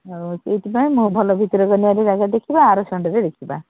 ଆଉ ସେଇଥିପାଇଁ ମୋ ଭଲ ଭିତରକନିକାଟେ ଜାଗାଟେ ଦେଖିବା ଆର ସନ୍ଡ଼େରେ ଦେଖିବା